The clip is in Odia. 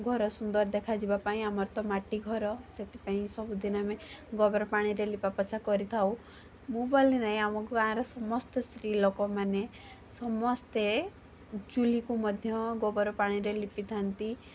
ଘର ସୁନ୍ଦର ଦେଖାଯିବା ପାଇଁ ଆମର ତ ମାଟି ଘର ସେଥିପାଇଁ ସବୁଦିନ ଆମେ ଗୋବର ପାଣିରେ ଲିପାପୋଛା କରିଥାଉ ମୁଁ ବୋଲି ନାହିଁ ଆମ ଗାଁ ର ସମସ୍ତେ ସ୍ତ୍ରୀ ଲୋକ ମାନେ ସମସ୍ତେ ଚୁଲି କୁ ମଧ୍ୟ ଗୋବର ପାଣିରେ ଲିପି ଥାନ୍ତି